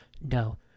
No